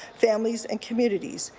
families and communities.